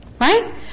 Right